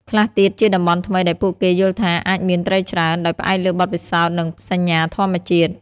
ខ្លះទៀតជាតំបន់ថ្មីដែលពួកគេយល់ថាអាចមានត្រីច្រើន ដោយផ្អែកលើបទពិសោធន៍និងសញ្ញាធម្មជាតិ។